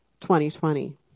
2020